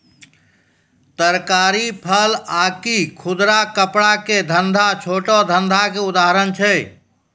तरकारी, फल आकि खुदरा कपड़ा के धंधा छोटो धंधा के उदाहरण छै